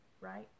right